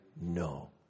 No